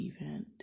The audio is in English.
event